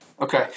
Okay